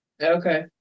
Okay